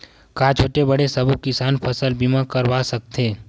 का छोटे बड़े सबो किसान फसल बीमा करवा सकथे?